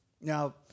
Now